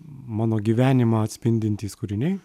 mano gyvenimą atspindintys kūriniai